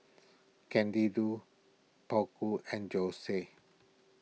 Candido and Josie